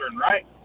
right